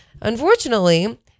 Unfortunately